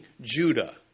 Judah